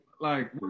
like-